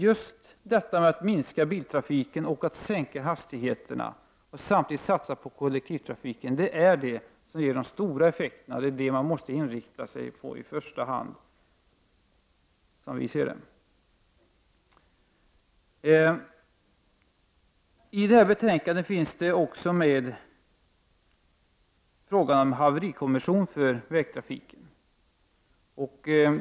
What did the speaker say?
Just att minska biltrafiken, sänka hastigheterna och samtidigt satsa på kollektivtrafiken är det som ger de stora effekterna, och det är detta man måste inrikta sig på i första hand, som vi ser det. I betänkandet finns också med frågan om haverikommission för vägtrafiken.